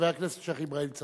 חבר הכנסת שיח' אברהים צרצור.